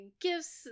gifts